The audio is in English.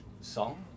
song